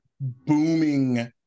booming